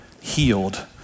healed